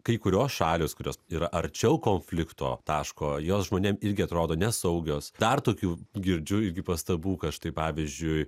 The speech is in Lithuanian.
kai kurios šalys kurios yra arčiau konflikto taško jos žmonėm irgi atrodo nesaugios dar tokių girdžiu irgi pastabų kad štai pavyzdžiui